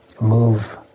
move